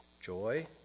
joy